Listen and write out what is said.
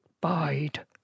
bide